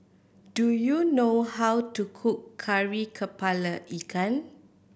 do you know how to cook Kari Kepala Ikan